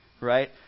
right